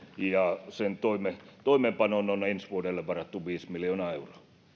ja sen toimeenpanoon on ensi vuodelle varattu viisi miljoonaa euroa